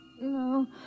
No